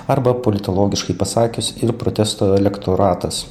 arba politologiškai pasakius ir protesto elektoratas